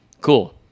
cool